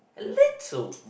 little